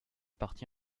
partie